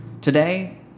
Today